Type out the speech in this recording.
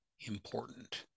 important